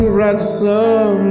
ransom